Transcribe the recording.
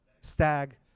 Stag